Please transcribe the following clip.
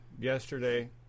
Yesterday